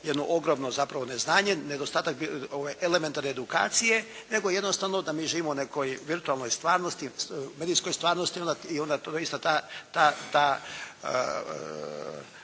jedno ogromno zapravo neznanje, nedostatak elementarne edukacije, nego jednostavno da mi živimo u nekoj virtualnoj stvarnosti, medijskoj stvarnosti i onda doista ta